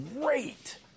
great